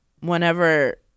whenever